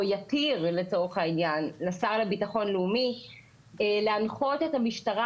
יתיר לשר לביטחון לאומי להנחות את המשטרה